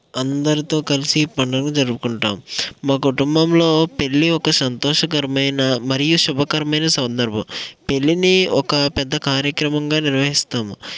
అందరితో కలిసి ఈ పండుగను జరుపుకుంటాం మా కుటుంబంలో పెళ్ళి ఒక సంతోషకరమైన మరియు ఒక శుభకరమైన సందర్భం పెళ్ళిని ఒక పెద్ద కార్యక్రమంగా నిర్వహిస్తాము